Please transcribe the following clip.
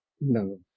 No